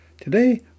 Today